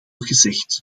gezegd